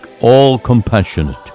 all-compassionate